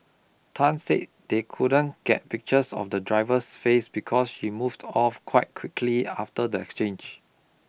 Tan said they couldn't get pictures of the driver's face because she moved off quite quickly after the exchange